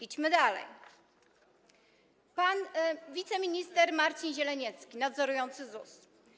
Idźmy dalej, pan wiceminister Marcin Zieleniecki nadzorujący ZUS.